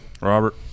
Robert